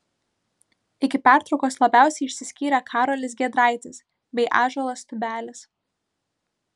iki pertraukos labiausiai išsiskyrė karolis giedraitis bei ąžuolas tubelis